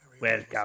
Welcome